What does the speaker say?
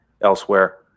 elsewhere